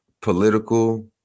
political